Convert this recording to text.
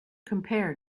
compare